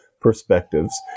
perspectives